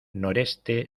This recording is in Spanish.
noreste